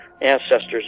ancestors